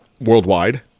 worldwide